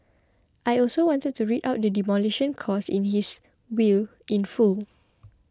I also wanted to read out the Demolition Clause in his will in full